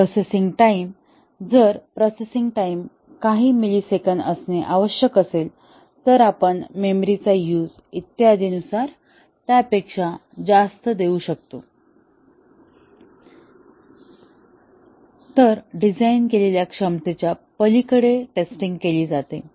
processing time जर processing time काही मिलिसेकंद असणे आवश्यक असेल तर आपण मेमरीचा यूझ इत्यादी नुसार त्यापेक्षा जास्त देऊ शकतो तर डिझाइन केलेल्या क्षमतेच्या पलीकडे टेस्टिंग केली जाते